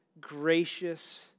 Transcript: gracious